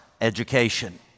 education